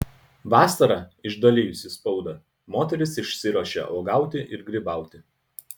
vasarą išdalijusi spaudą moteris išsiruošia uogauti ir grybauti